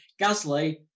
Gasly